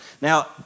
Now